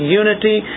unity